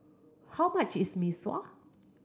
how much is Mee Sua